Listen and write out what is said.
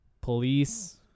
police